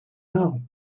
know